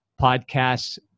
podcasts